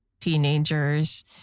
teenagers